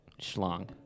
schlong